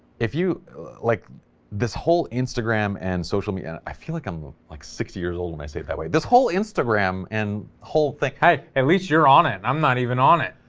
if you like this whole instagram and social media and i feel like i'm ah like sixty years old, when i say it that way. this whole instagram and whole thing. hey at least you're on it. i'm not even on it.